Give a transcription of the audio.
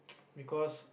because